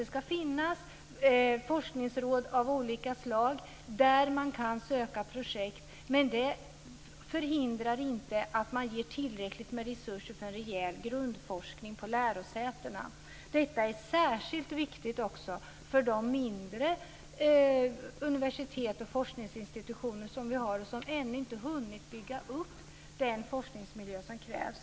Det ska finnas forskningsråd av olika slag där man kan söka projekt men det hindrar inte att tillräckligt med resurser ges för en rejäl grundforskning på lärosätena. Detta är särskilt viktigt för de mindre universitet och forskningsinstitutioner som vi har och som ännu inte har hunnit bygga upp den forskningsmiljö som krävs.